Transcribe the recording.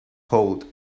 hold